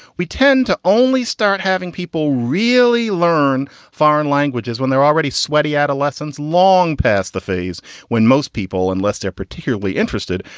we tend to only start having people really learn foreign languages when they're already sweaty. adolescence, long past the phase when most people, unless they're particularly interested,